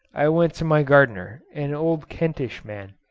i went to my gardener, an old kentish man,